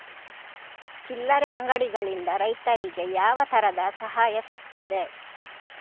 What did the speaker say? ಚಿಲ್ಲರೆ ಅಂಗಡಿಗಳಿಂದ ರೈತರಿಗೆ ಯಾವ ತರದ ಸಹಾಯ ಸಿಗ್ತದೆ?